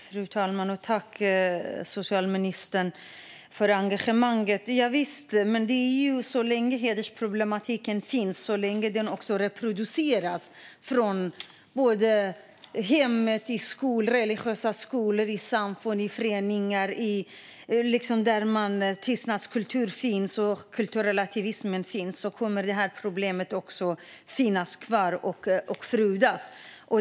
Fru talman! Tack, socialministern, för engagemanget! Så länge hedersproblematiken finns och reproduceras från hemmet, religiösa skolor, samfund och föreningar och där tystnadskultur och kulturrelativism finns kommer det här problemet att finnas kvar och frodas.